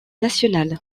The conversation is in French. national